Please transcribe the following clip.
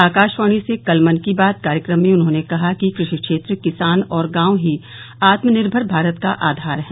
आकाशवाणी से कल मन की बात कार्यक्रम में उन्होंने कहा कि कृषि क्षेत्र किसान और गांव ही आत्मनिर्भर भारत का आधार हैं